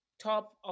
top